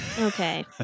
okay